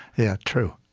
yeah, true.